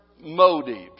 motives